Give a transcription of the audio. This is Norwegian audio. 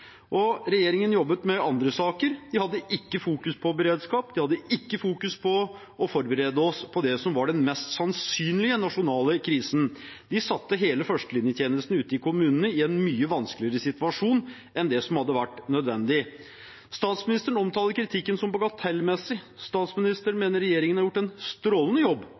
Regjeringen jobbet med andre saker. De fokuserte ikke på beredskap, de fokuserte ikke på å forberede oss på det som var den mest sannsynlige nasjonale krisen. De satte hele førstelinjetjenesten ute i kommunene i en mye vanskeligere situasjon enn det som hadde vært nødvendig. Statsministeren omtaler kritikken som bagatellmessig, statsministeren mener regjeringen har gjort en strålende jobb,